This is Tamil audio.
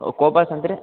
கோபால சமுத்திரம்